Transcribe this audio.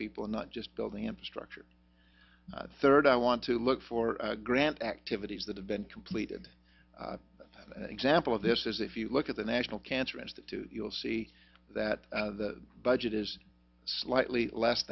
people not just building infrastructure third i want to look for grant activities that have been completed an example of this is if you look at the national cancer institute you'll see that the budget is slightly less